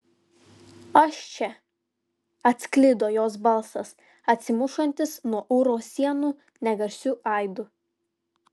aš čia atsklido jos balsas atsimušantis nuo urvo sienų negarsiu aidu